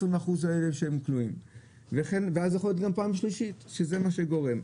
אחוז האלה שהם כלואים ואז יכול להיות גם פעם שלישית שזה מה שזה גורם.